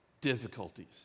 difficulties